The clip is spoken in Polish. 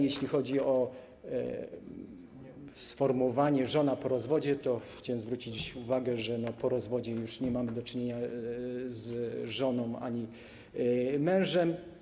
Jeśli chodzi o sformułowanie „żona po rozwodzie”, to chciałem zwrócić uwagę, że po rozwodzie już nie mamy do czynienia z żoną ani z mężem.